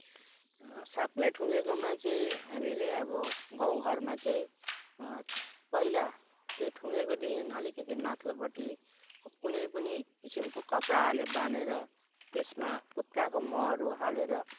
साँपले ठुँगेकोमा चाहिँ हामीले चाहिँ अब गाउँघरमा चाहिँ पहिला त्यो ठुँगेकोदेखि अलिकति माथ्लोपट्टि कुनै पनि किसिमको कपडाले बाँधेर त्यसमा फुत्काको महहरू हालेर